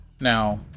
Now